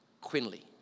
Quinley